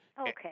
Okay